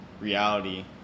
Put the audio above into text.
reality